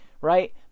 right